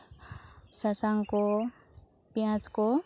ᱥᱟᱥᱟᱝ ᱠᱚ ᱯᱮᱸᱭᱟᱡᱽ ᱠᱚ